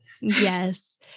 yes